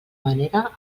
manera